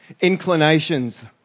inclinations